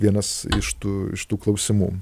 vienas iš tų iš tų klausimų